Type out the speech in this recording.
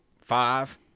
five